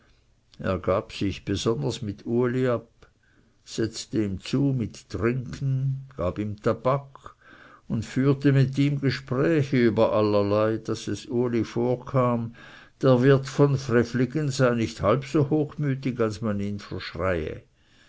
er gab sich besonders mit uli ab setzte ihm zu mit trinken gab ihm tabak und führte mit ihm gespräche über allerlei daß es uli vorkam der wirt von frevligen sei nicht halb so hochmütig als man ihn verschreie